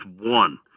one